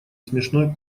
смешной